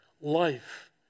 life